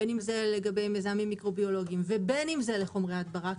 בין אם זה לגבי מזהמים מיקרו ביולוגיים ובין אם זה חומרי הדברה,